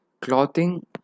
clothing